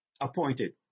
appointed